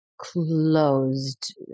closed